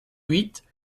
huit